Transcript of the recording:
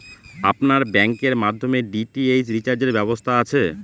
আপনার ব্যাংকের মাধ্যমে ডি.টি.এইচ রিচার্জের ব্যবস্থা আছে?